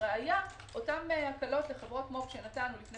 לראיה אותן הקלות לחברות מו"פ שנתנו לפני